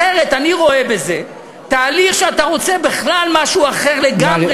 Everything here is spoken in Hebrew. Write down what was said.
אחרת אני רואה בזה תהליך שאתה רוצה בכלל משהו אחר לגמרי,